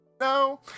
No